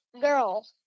girl